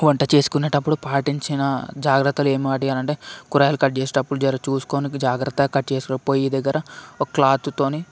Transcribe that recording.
వంట చేసుకునేటప్పుడు పాటించిన జాగ్రత్తలు ఏమిటి అంటే కూరగాయలు కట్ చేసేటప్పుడు జర చూసుకుని జాగ్రత్తగా కట్ చేసుకొని పొయ్యి దగ్గర ఒక క్లాత్తో